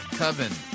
coven